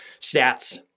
stats